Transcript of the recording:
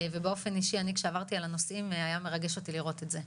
ובאופן אישי אני כשעברתי על הנושאים היה מרגש אותי לראות את זה,